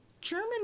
german